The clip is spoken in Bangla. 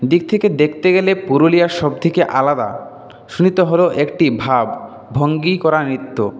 দিক থেকে দেখতে গেলে পুরুলিয়ার সবথেকে আলাদা একটি ভাবভঙ্গী করা নৃত্য